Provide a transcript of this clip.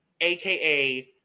AKA